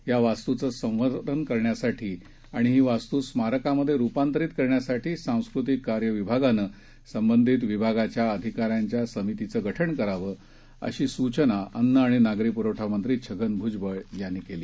या वास्तुचं संवर्धन करण्यासाठी आणि ही वास्तू स्मारकामध्ये रुपांतरित करण्यासाठी सांस्कृतिक कार्य विभागाने संवंधित विभागाच्या अधिकाऱ्यांच्या समितीचं गठन करावं अशा सूचना अन्न आणि नागरी पुरवठा मंत्री छगन भ्जबळ यांनी काल केली